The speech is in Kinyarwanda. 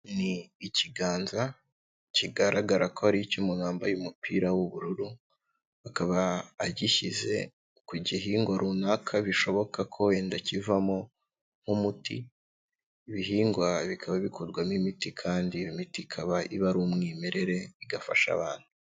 Ni ikiganza kigaragara ko ari icy'umuntu wambaye umupira w'ubururu, akaba agishyize ku gihingwa runaka bishoboka ko wenda kivamo nk'umuti. Ibihingwa bikaba bikorwamo imiti kandi iyo imiti ikaba iba ari umwimerere igafasha abantu.